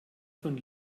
von